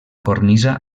cornisa